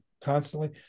constantly